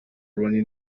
ronnie